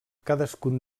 cadascun